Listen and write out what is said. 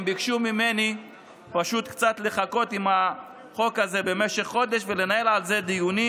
הם ביקשו ממני קצת לחכות עם החוק הזה במשך חודש ולנהל על זה דיונים